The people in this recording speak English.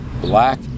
Black